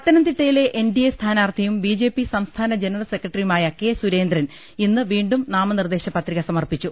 പത്തനംതിട്ടയിലെ N D A സ്ഥാനാർത്ഥിയും B J P സംസ്ഥാന ജനറൽ സെക്രട്ടറിയുമായ കെ സുരേന്ദ്രൻ ഇന്ന് വീണ്ടും നാമനിർദേശ പത്രിക സമർപ്പിച്ചു